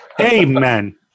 Amen